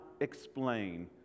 explain